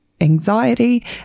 Anxiety